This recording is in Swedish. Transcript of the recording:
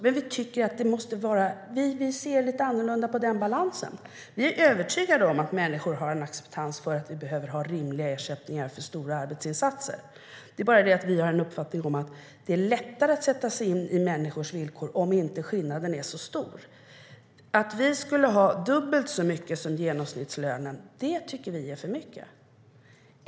Men vi ser lite annorlunda på den balansen. Vi har dubbelt så mycket som genomsnittslönen, och vi tycker att det är för mycket.